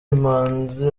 imanzi